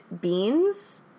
beans